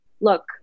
look